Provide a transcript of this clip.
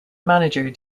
manager